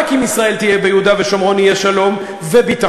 רק אם ישראל תהיה ביהודה ושומרון יהיה שלום וביטחון,